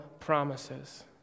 promises